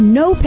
no